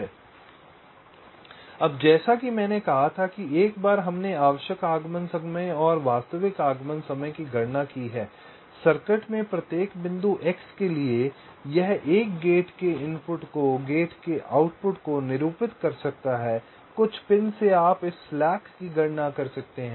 slide समय का संदर्भ लें 2515 इसलिए जैसा कि मैंने कहा था एक बार हमने आवश्यक आगमन समय और वास्तविक आगमन समय की गणना की है सर्किट में प्रत्येक बिंदु x के लिए यह एक गेट के इनपुट को गेट के आउटपुट को निरूपित कर सकता है कुछ पिन से आप इस स्लैक की गणना कर सकते हैं